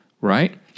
right